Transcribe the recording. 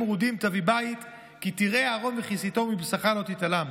מרודים תביא בית כי תראה ערֹם וכסיתו ומבשרך לא תתעלם".